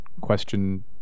question